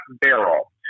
barrel